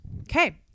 Okay